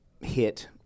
hit